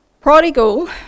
Prodigal